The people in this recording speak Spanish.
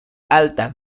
alta